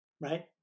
right